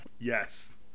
Yes